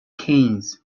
kings